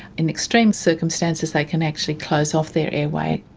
in extreme circumstances, they can actually close off their airway.